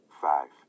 Five